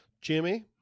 jimmy